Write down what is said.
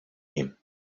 him